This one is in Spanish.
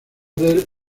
del